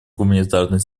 гуманитарной